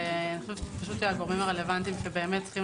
אני חושב שהגורמים הרלוונטיים שצריכים